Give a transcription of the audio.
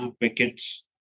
wickets